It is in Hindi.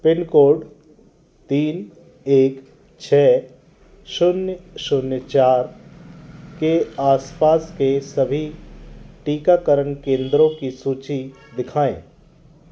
पिन कोड तीन एक छः शून्य शून्य चार के आसपास के सभी टीकाकरण केंद्रों की सूचि दिखाएँ